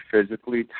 physically